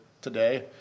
today